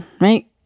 right